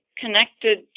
connected